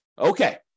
Okay